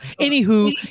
Anywho